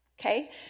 okay